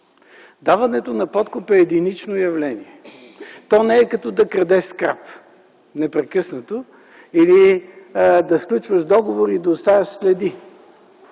Даването на подкуп е единично явление. То не е като да крадеш скрап непрекъснато или да сключваш договори и да оставяш следи.